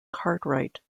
cartwright